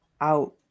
out